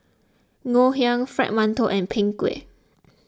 Ngoh Hiang Fried Mantou and Png Kueh